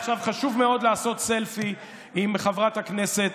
עכשיו חשוב מאוד לעשות סלפי עם חברת הכנסת.